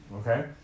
okay